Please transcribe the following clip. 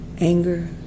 anger